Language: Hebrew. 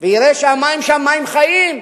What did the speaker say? ויראה שהמים שם הם מים חיים,